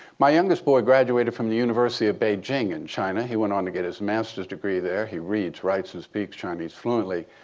my youngest boy graduated from the university of beijing in china. he went on to get his master's degree there. he reads, writes, and speaks chinese fluently.